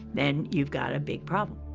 then you've got a big problem.